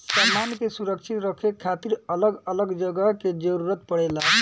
सामान के सुरक्षित रखे खातिर अलग अलग जगह के जरूरत पड़ेला